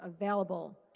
available